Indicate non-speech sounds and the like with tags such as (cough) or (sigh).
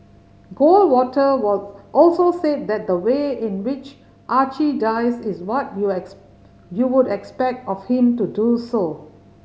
Goldwater was also said that the way in which Archie dies is what you (unintelligible) you would expect of him to do so